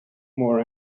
more